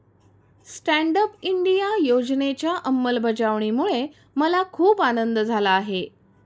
stand up India योजनेच्या अंमलबजावणीमुळे मला खूप आनंद झाला आहे